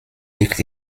liegt